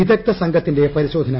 വിദഗ്ധസംഘത്തിന്റെ പരിശോധന